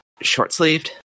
short-sleeved